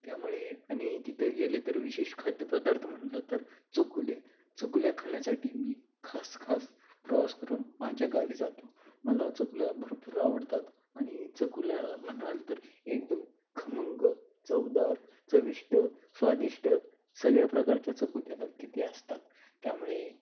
त्यामुळे आणि तिथं गेले तर विशेष खाद्यपदार्थ म्हटलं तर चकल्या चकल्या खाण्यासाठी मी खास खास प्रवास करून माझ्या गावी जातो मला चकल्या भरपूर आवडतात आणि चकल्या म्हणाल तर एकदम खमंग चवदार चविष्ट स्वादिष्ट सगळ्या प्रकारच्या चकल्या तिथे असतात त्यामुळे